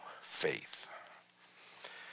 faith